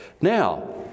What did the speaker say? Now